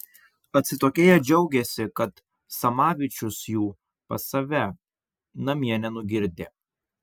atsitokėję džiaugėsi kad samavičius jų pas save namie nenugirdė